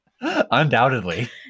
Undoubtedly